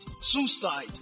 suicide